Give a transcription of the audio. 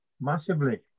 massively